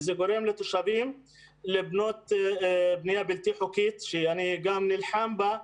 וזה גורם לתושבים לבנות בנייה בלתי חוקית שאני גם נלחם בה.